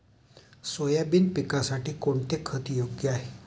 Soybean पिकासाठी कोणते खत योग्य आहे?